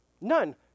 None